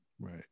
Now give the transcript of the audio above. right